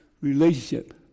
relationship